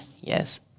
Yes